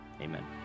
amen